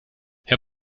herr